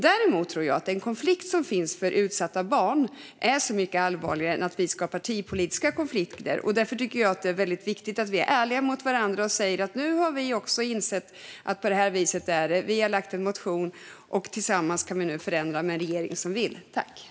Däremot tror jag att allvaret i de konflikter som finns för utsatta barn är så mycket större och viktigare än våra partipolitiska konflikter. Därför tycker jag att det är väldigt viktigt att vi är ärliga mot varandra, att ni kan säga att ni har insett att det är på det här viset och har väckt en motion och att vi nu, tillsammans med en regering som vill, kan göra en förändring.